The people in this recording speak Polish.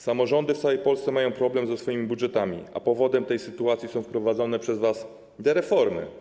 Samorządy w całej Polsce mają problem ze swoimi budżetami, a powodem tej sytuacji są wprowadzone przez was dereformy.